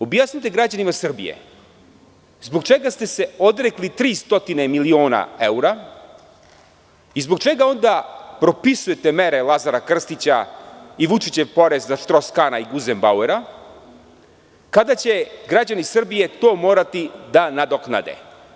Objasnite građanima Srbije zbog čega ste se odrekli 300 miliona eura i zbog čega onda propisujete mere Lazara Krstića i Vučićev porez na Štors Kana i Guzen Bauera kada će građani Srbije to morati da nadoknade.